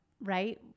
right